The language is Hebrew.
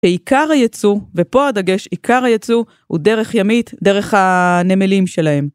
עיקר הייצוא, ופה הדגש עיקר הייצוא הוא דרך ימית, דרך הנמלים שלהם.